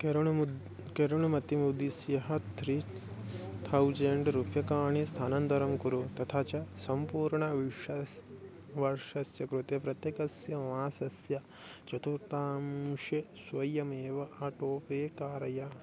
केरुणुमुद् केरुणुमतिमुद्दिस्यः three thousand रूप्यकाणि स्थानान्तरं कुरु तथा च सम्पूर्णविश्शस् वर्षस्य कृते प्रत्येकस्य मासस्य चतुर्तांशे स्वयमेव आटो पे कारय